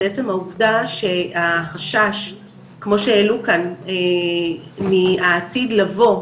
זה עצם העובדה שהחשש - כמו שהעלו כאן - מהעתיד לבוא,